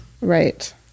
Right